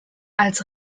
als